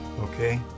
Okay